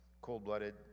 Cold-blooded